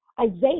Isaiah